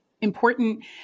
important